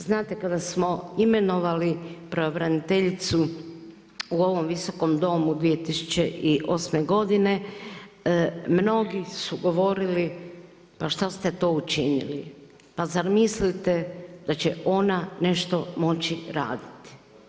Znate kada smo imenovali pravobraniteljicu ovom Visokom domu 2008. mnogi su govorili pa šta ste to učinili, pa zar mislite da će ona nešto moći raditi.